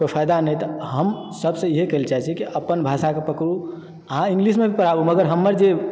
कोई फायदा नहि तऽ हम सभसँ इएह कहय लऽ चाहैत छी कि अपन भाषाके पकड़ु अहाँ इंग्लिशमेभी पढ़ाबु मगर हमर जे